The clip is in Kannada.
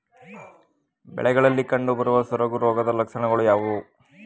ಬೆಳೆಗಳಲ್ಲಿ ಕಂಡುಬರುವ ಸೊರಗು ರೋಗದ ಲಕ್ಷಣಗಳು ಯಾವುವು?